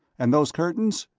and those curtains?